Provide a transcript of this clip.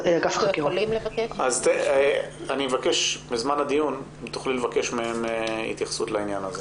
אני מבקש שבזמן הדיון תבקשי מהם התייחסות לעניין.